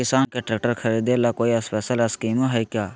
किसान के ट्रैक्टर खरीदे ला कोई स्पेशल स्कीमो हइ का?